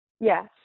Yes